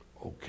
Okay